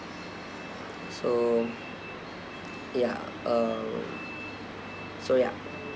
so ya uh so ya